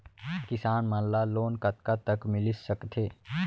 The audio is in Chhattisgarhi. किसान मन ला लोन कतका तक मिलिस सकथे?